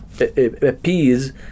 appease